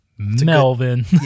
Melvin